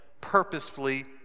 purposefully